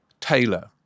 Taylor